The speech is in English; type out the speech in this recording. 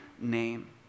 name